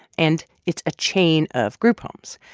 and it's a chain of group homes.